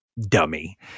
dummy